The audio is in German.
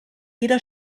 jeder